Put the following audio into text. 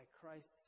Christ's